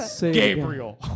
Gabriel